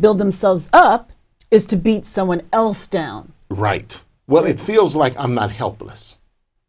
build themselves up is to beat someone else down right what it feels like i'm not helpless